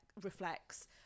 reflects